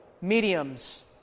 mediums